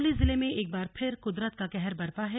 चमोली जिले में एक बार फिर कुदरत का कहर बरपा है